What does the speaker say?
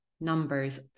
numbers